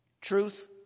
truth